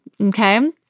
okay